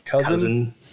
Cousin